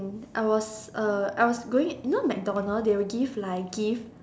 I was A I was going you know MacDonald they will give give like gift